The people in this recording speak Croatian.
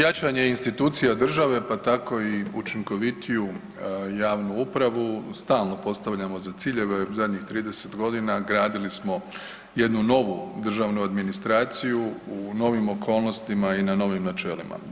Jačanje institucija države, pa tako i učinkovitiju javnu upravu stalno postavljamo za ciljeve, u zadnjih 30.g. gradili smo jednu novu državnu administraciju u novim okolnostima i na novim načelima.